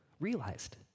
realized